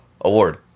Award